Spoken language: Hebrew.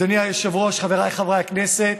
אדוני היושב-ראש, חבריי חברי הכנסת,